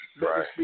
Right